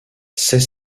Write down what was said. sait